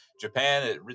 Japan